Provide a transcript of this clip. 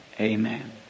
Amen